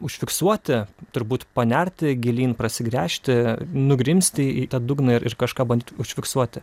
užfiksuoti turbūt panerti gilyn pasigręžti nugrimzti į dugną ir kažką bandyt užfiksuoti